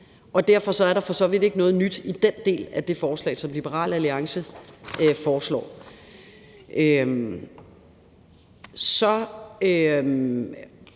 Derfor er der for så vidt ikke noget nyt i den del af det, som Liberal Alliance foreslår. Så vil